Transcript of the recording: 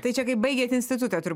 tai čia kai baigėt institutą